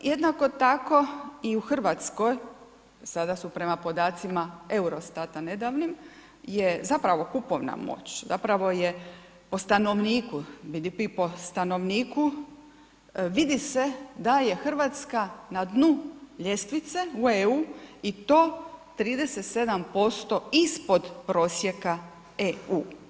Jednako tako i u Hrvatskoj, sada su prema podacima Eurostata, nedavnim, je zapravo kupovna moć, zapravo je po stanovniku BDP po stanovniku, vidi se da je Hrvatska na dnu ljestvice u EU i to 37% ispod prosjeka EU.